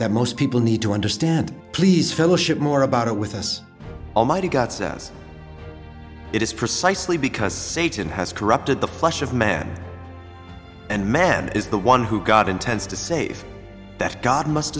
that most people need to understand please fellowship more about it with us almighty god says it is precisely because satan has corrupted the flesh of man and man is the one who god intends to save that god must